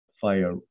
fire